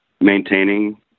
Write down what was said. maintaining